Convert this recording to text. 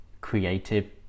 creative